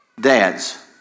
dads